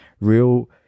real